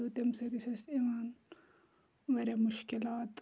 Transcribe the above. تہٕ تمہِ سۭتۍ أسۍ اَسہِ یِوان وارِیاہ مُشکِلات